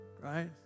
right